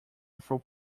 through